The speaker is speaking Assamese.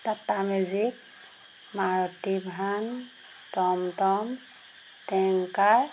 টাটা মেজিক মাৰুতি ভান টম টম টেংকাৰ